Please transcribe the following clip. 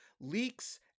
leaks